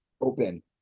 open